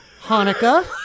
Hanukkah